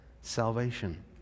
salvation